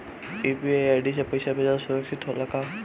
UPI से पैसा भेजल सुरक्षित होला का?